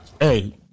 hey